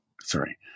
sorry